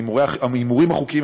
ההימורים החוקיים,